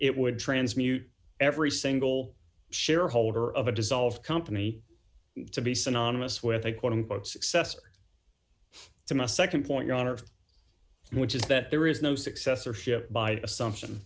it would transmute every single shareholder of a dissolve company to be synonymous with a quote unquote successor to my nd point your honor which is that there is no successorship by assumption